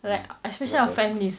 mm noted